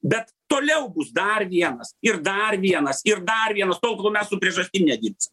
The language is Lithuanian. bet toliau bus dar vienas ir dar vienas ir dar vienas tol kol mes su priežastim nedirbsim